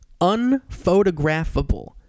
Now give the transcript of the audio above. unphotographable